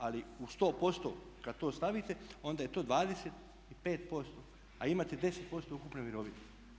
Ali u 100% kada to stavite onda je to 25% a imate 10% ukupne mirovine.